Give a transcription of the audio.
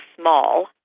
small